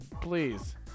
please